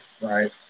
right